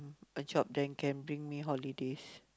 a job then can bring me holidays